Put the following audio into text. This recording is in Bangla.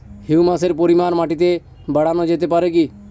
হিউমাসের পরিমান মাটিতে বারানো যেতে পারে কি?